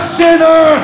sinner